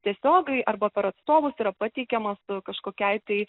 tiesiogiai arba per atstovus yra pateikiamas kažkokiai tai